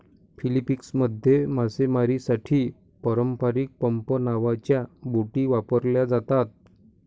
फिलीपिन्समध्ये मासेमारीसाठी पारंपारिक पंप नावाच्या बोटी वापरल्या जातात